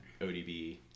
ODB